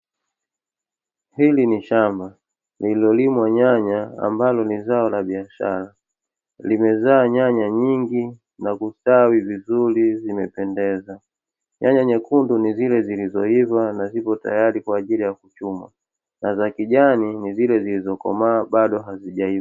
Hili ni shamba lililolimwa nyanya ambazo ni zao la biashara. Limezaa nyanya nyingi na kustawi vizuri inapendeza. Nyanya nyekundu ni zile zilizoiva na ziko tayari kwa ajili ya kuchumwa, na za kijani ni zile zilizokomaa na bado hazijaiva.